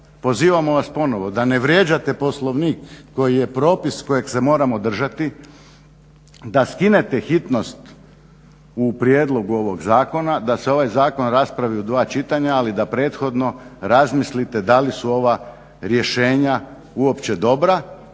pozivamo vas ponovo da ne vrijeđate Poslovnik koji je propis kojeg se moramo držati, da skinete hitnost u prijedlogu ovog Zakona, da se ovaj zakon raspravi u dva čitanja, ali da prethodno razmislite da li su ova rješenja uopće dobra.